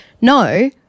No